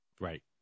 Right